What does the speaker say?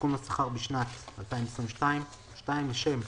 עדכון השכר בשנת 2022 2. לצורך